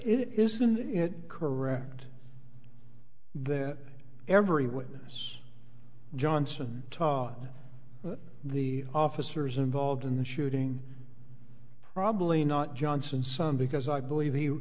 isn't correct that every witness johnson taught the officers involved in the shooting probably not johnson's son because i believe he